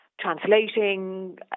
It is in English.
translating